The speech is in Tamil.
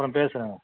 அப்புறம் பேசுறன்